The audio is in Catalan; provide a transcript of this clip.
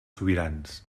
sobirans